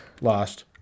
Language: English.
Lost